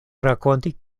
rakonti